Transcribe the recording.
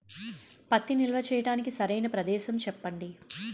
పత్తి నిల్వ చేయటానికి సరైన ప్రదేశం చెప్పండి?